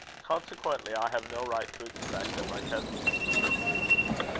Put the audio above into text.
consequently, i have no right to expect that my testimony should be received.